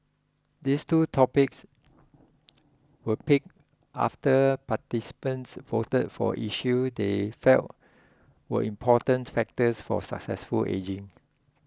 these two topics were picked after participants voted for issues they felt were important factors for successful ageing